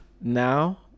now